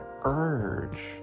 urge